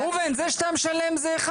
ראובן, זה שאתה משלם, זה אחד.